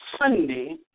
Sunday